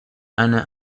eine